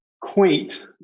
quaint